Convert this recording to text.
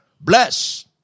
bless